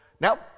Now